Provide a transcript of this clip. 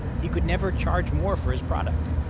he could never charge more for his product.